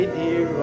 dear